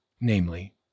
Namely